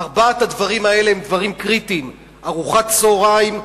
ארבעת הדברים האלה הם דברים קריטיים: ארוחת צהריים,